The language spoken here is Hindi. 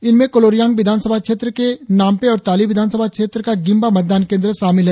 इनमें कोलोरियांग विधानसभा क्षेत्र का नामपे और ताली विधानसभा सीट का गिम्बा मतदान केंद्र शामिल है